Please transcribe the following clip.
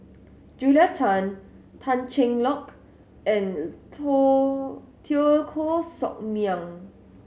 Julia Tan Tan Cheng Lock and Teo Koh Sock Miang